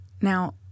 Now